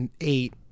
eight